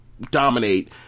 dominate